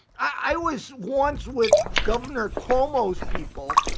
i was once with governor komodos people,